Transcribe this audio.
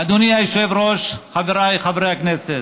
אדוני היושב-ראש, חבריי חברי הכנסת,